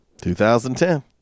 2010